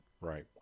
Right